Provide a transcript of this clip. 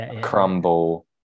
crumble